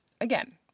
Again